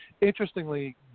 interestingly